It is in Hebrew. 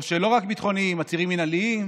או לא רק ביטחוניים, עצירים מינהליים,